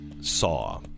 Saw